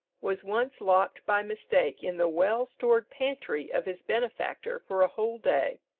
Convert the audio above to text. was once locked by mistake in the well-stored pantry of his benefactor for a whole day,